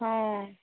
हँ